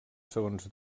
segons